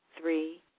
Three